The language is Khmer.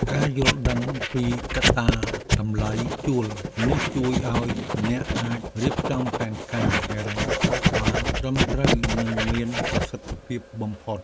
ការយល់ដឹងពីកត្តាតម្លៃជួលនេះជួយឱ្យអ្នកអាចរៀបចំផែនការហិរញ្ញវត្ថុបានត្រឹមត្រូវនិងមានប្រសិទ្ធភាពបំផុត។